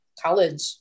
college